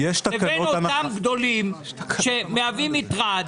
לבין אותם גדולים שמהווים מטרד,